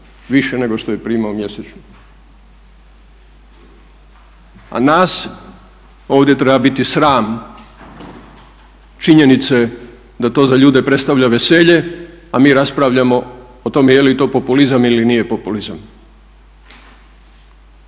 više nego što je primao mjesečno a nas ovdje treba biti sram činjenice da to za ljude predstavlja veselje, a mi raspravljamo o tome je li to populizam ili nije populizam.